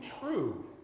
true